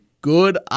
good